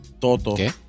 Toto